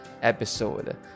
episode